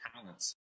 talents